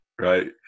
right